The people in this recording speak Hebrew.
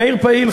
מאיר פעיל,